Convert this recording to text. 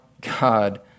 God